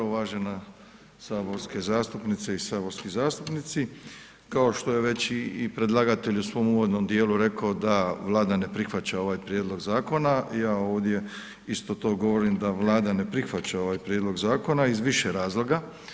Uvažena saborske zastupnice i saborski zastupnici, kao što je već i predlagatelj u svom uvodnom dijelu rekao da Vlada ne prihvaća ovaj prijedlog zakona, ja ovdje isto to govorim da Vlada ne prihvaća ovaj prijedlog zakona iz više razloga.